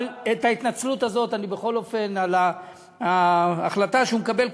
אבל את ההתנצלות הזאת על ההחלטה שהוא מקבל,